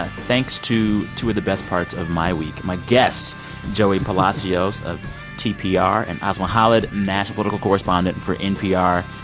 thanks to two of the best parts of my week, my guests joey palacios of tpr and asma khalid, national political correspondent for npr.